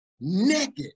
naked